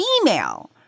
female